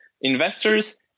investors